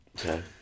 Okay